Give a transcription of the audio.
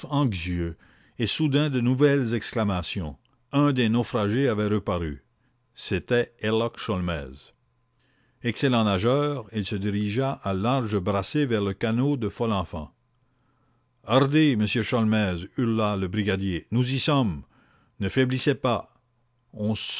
anxieux et soudain de nouvelles exclamations un des naufragés avait reparu c'était herlock sholmès excellent nageur il se dirigea à larges brassées vers le canot de folenfant hardi monsieur sholmès hurla le brigadier nous y sommes faiblissez pas on